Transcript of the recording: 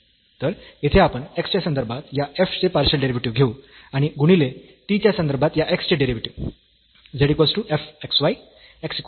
तर येथे आपण x च्या संदर्भात या f चे पार्शियल डेरिव्हेटिव्ह घेऊ आणि गुणिले t च्या संदर्भात या x चे डेरिव्हेटिव्ह